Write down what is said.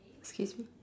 excuse me